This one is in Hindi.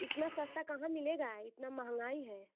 इतना सस्ता कहाँ मिलेगा इतना महंगाई है